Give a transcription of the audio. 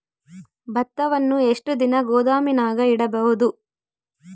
ಭತ್ತವನ್ನು ಎಷ್ಟು ದಿನ ಗೋದಾಮಿನಾಗ ಇಡಬಹುದು?